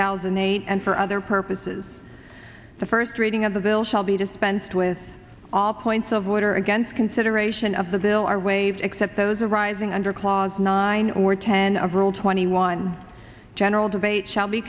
thousand and eight and for other purposes the first reading of the bill shall be dispensed with all points of order against consideration of the bill are waived except those arising under clause nine or ten of rule twenty one general debate shall be